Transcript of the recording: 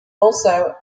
also